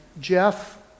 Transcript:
Jeff